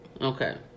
Okay